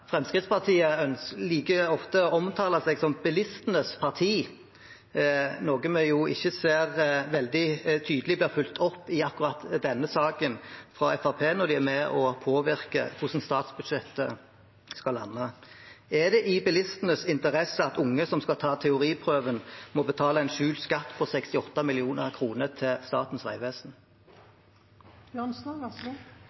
akkurat denne saken fra Fremskrittspartiet når de er med og påvirker hvor statsbudsjettet skal lande. Er det i bilistenes interesse at unge som skal ta teoriprøven, må betale en skjult skatt på 68 mill. kr til Statens vegvesen?